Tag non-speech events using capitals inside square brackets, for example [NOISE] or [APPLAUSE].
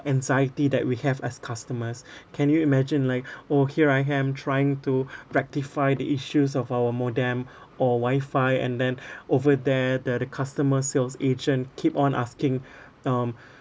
anxiety that we have as customers [BREATH] can you imagine like [BREATH] oh here I am trying to [BREATH] rectify the issues of our modem [BREATH] or wifi and then [BREATH] over there the the customer sales agent keep on asking [BREATH] um